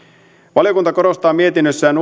valiokunta korostaa mietinnössään